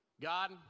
God